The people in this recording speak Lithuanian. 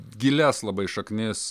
gilias labai šaknis